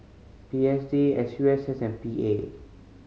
P S D S U S S and P A